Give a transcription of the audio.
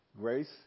Grace